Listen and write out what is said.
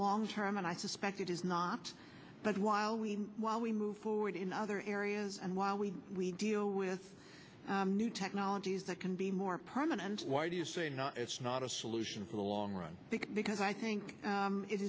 long term and i suspect it is not but while we while we move forward in other areas and while we we deal with new technologies that can be more permanent why do you say it's not a solution for the long run because i think